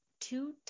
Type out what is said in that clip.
two